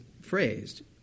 phrased